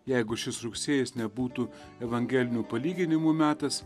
jeigu šis rugsėjis nebūtų evangelinių palyginimų metas